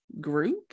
group